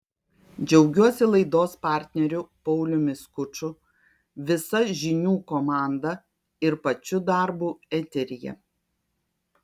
džiaugiuosi laidos partneriu pauliumi skuču visa žinių komanda ir pačiu darbu eteryje